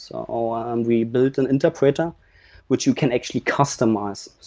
so um we build an interpreter which you can actually customize.